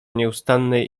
nieustannej